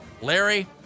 Larry